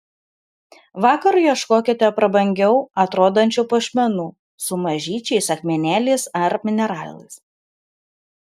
vakarui ieškokite prabangiau atrodančių puošmenų su mažyčiais akmenėliais ar mineralais